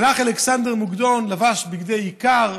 הלך אלכסנדר מוקדון, לבש בגדי איכר,